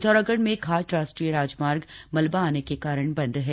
पिथौरागढ़ में घाट राष्ट्रीय राजमार्ग मलवा आने के कारण बन्द है